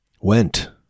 Went